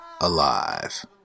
alive